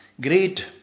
great